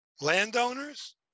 Landowners